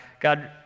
God